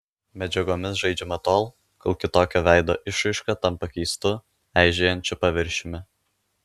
medžiagomis žaidžiama tol kol kitokio veido išraiška tampa keistu eižėjančiu paviršiumi